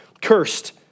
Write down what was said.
cursed